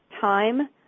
time